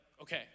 okay